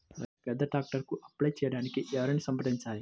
రైతు పెద్ద ట్రాక్టర్కు అప్లై చేయడానికి ఎవరిని సంప్రదించాలి?